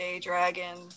dragon